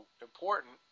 important